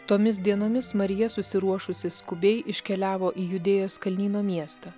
tomis dienomis marija susiruošusi skubiai iškeliavo į judėjos kalnyno miestą